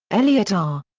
elliott r.